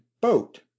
boat